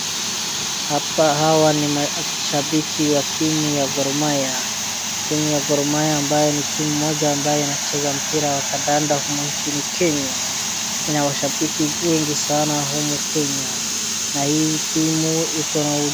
Hapa hawa ni mashabiki wa timu ya Gor Mahia. Timu ya Gor Mahia ambaye ni timu ambaye inacheza kadanda humu nchini kenya. Ina mashabiki wengi sana humu kenya na hii timu iko na